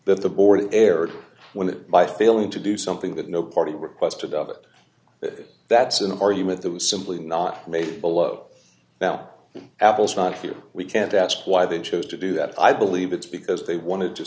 that the board erred when it by failing to do something that no party requested of it that's an argument that was simply not made below about apples not here we can't ask why they chose to do that i believe it's because they wanted to